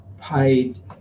paid